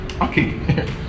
okay